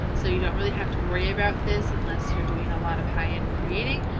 so you don't really have to worry about this unless you're doing a lot of high end creating.